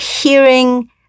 hearing